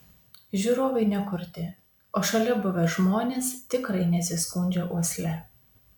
žiūrovai ne kurti o šalia buvę žmonės tikrai nesiskundžia uosle